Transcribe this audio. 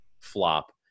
flop